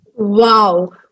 Wow